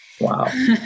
Wow